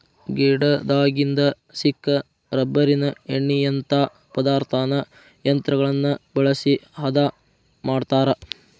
ಗಿಡದಾಗಿಂದ ಸಿಕ್ಕ ರಬ್ಬರಿನ ಎಣ್ಣಿಯಂತಾ ಪದಾರ್ಥಾನ ಯಂತ್ರಗಳನ್ನ ಬಳಸಿ ಹದಾ ಮಾಡತಾರ